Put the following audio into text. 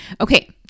Okay